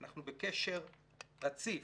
אנחנו בקשר רציף,